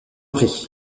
prie